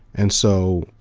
and so,